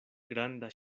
granda